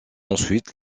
ensuite